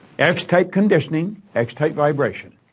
x-type conditioning, x-type vibration.